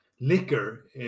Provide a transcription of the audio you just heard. liquor